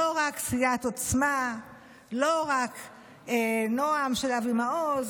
לא רק סיעת עוצמה, לא רק נעם של אבי מעוז,